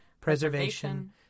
preservation